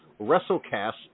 Wrestlecast